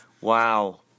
Wow